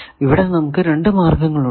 ഇവിടെ നമുക്ക് രണ്ടു മാർഗങ്ങൾ ഉണ്ട്